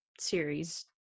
series